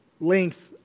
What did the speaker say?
length